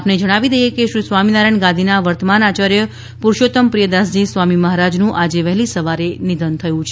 આપને એ જણાવી દઈએ કે શ્રી સ્વામિનારાયણ ગાદીના વર્તમાન આચાર્ય પુરુષોત્તમ પ્રિયદાસજી સ્વામી મહારાજનું આજે વહેલી સવારે નિધન થયુ છે